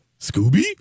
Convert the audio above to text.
Scooby